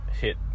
hit